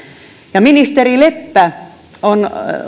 ministeri leppä on